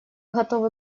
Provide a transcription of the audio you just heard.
готовы